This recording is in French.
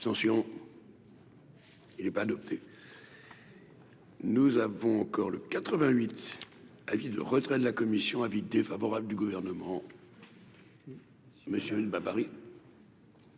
abstention il est pas adopté. Nous avons encore le avis de retrait de la commission avis défavorable du gouvernement. Monsieur une Paris.